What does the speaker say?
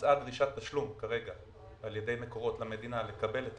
הוצאה דרישת תשלום כרגע על ידי מקורות למדינה לקבל את